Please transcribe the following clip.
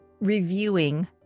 reviewing